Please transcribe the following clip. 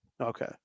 Okay